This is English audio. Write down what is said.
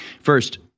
First